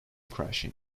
crashing